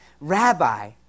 Rabbi